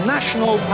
National